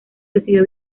decidió